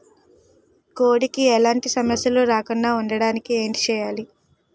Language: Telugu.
కోడి కి ఎలాంటి సమస్యలు రాకుండ ఉండడానికి ఏంటి చెయాలి?